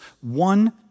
one